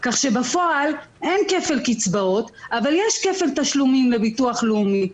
כך שבפועל אין כפל קצבאות אבל יש כפל תשלומים לביטוח הלאומי.